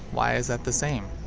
why is that the same?